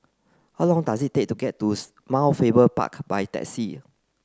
how long does it take to get to Mount Faber Park by taxi